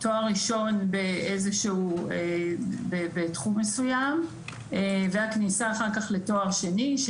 תואר ראשון בתחום מסוים והכניסה אחר כך לתואר שני,